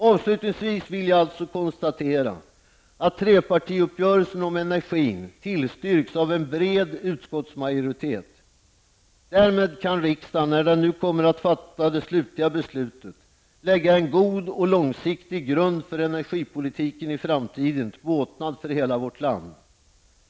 Avslutningsvis vill jag alltså konstatera att trepartiuppgörelsen om energin tillstyrks av en bred utskottsmajoritet. Därmed kan riksdagen när den nu kommer att fatta det slutliga beslutet, lägga en god och långsiktig grund för energipolitiken i framtiden till båtnad för hela vårt land.